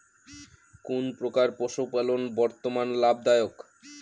কোন প্রকার পশুপালন বর্তমান লাভ দায়ক?